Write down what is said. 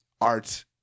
art